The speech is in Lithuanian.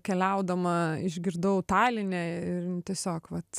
keliaudama išgirdau taline ir tiesiog vat